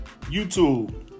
YouTube